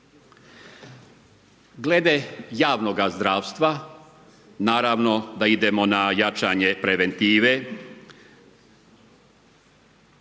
Glede javnoga zdravstva, naravno da idemo na jačanje preventive,